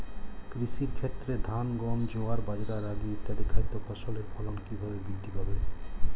কৃষির ক্ষেত্রে ধান গম জোয়ার বাজরা রাগি ইত্যাদি খাদ্য ফসলের ফলন কীভাবে বৃদ্ধি পাবে?